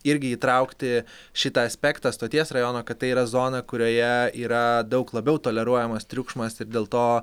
irgi įtraukti šitą aspektą stoties rajoną kad tai yra zona kurioje yra daug labiau toleruojamas triukšmas ir dėl to